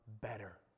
better